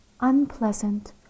unpleasant